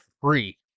free